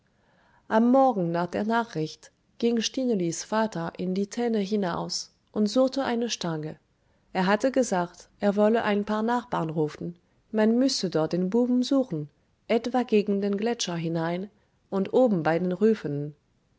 am morgen nach der nachricht ging stinelis vater in die tenne hinaus und suchte eine stange er hatte gesagt er wolle ein paar nachbarn rufen man müsse doch den buben suchen etwa gegen den gletscher hinein und oben bei den